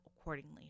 accordingly